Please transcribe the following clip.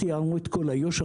הארנו את כל איו"ש.